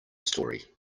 story